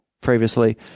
Previously